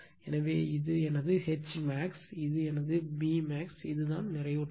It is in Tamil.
எனவே இது எனது Hmax இது எனது Bmax இதுதான் நிறைவுற்றது